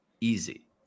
Easy